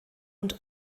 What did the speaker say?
und